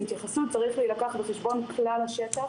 בהתייחסות צריך להילקח בחשבון כלל השטח